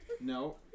no